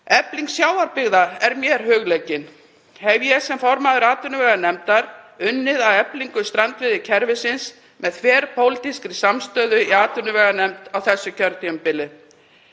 Efling sjávarbyggða er mér hugleikin. Hef ég sem formaður atvinnuveganefndar unnið að eflingu strandveiðikerfisins með þverpólitískri samstöðu í atvinnuveganefnd á þessu kjörtímabili.